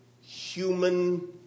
human